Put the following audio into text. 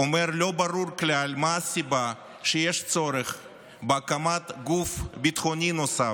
אומר: לא ברור כלל מה הסיבה שיש צורך בהקמת גוף ביטחוני נוסף.